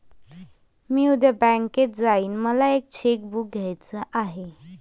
मी उद्या बँकेत जाईन मला एक चेक बुक घ्यायच आहे